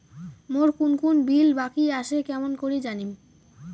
মোর কুন কুন বিল বাকি আসে কেমন করি জানিম?